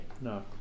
No